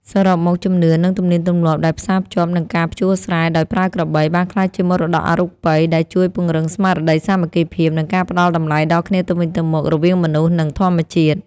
សរុបមក ជំនឿ និងទំនៀមទម្លាប់ដែលផ្សារភ្ជាប់នឹងការភ្ជួរស្រែដោយប្រើក្របី បានក្លាយជាមរតកអរូបិយដែលជួយពង្រឹងស្មារតីសាមគ្គីភាព និងការផ្តល់តម្លៃដល់គ្នាទៅវិញទៅមករវាងមនុស្ស និងធម្មជាតិ។